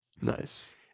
Nice